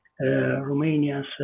romania's